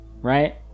right